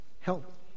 help